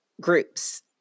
groups